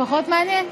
פחות מעניין?